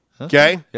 Okay